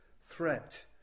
threat